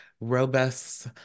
robust